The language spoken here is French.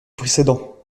précédent